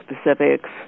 specifics